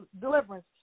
deliverance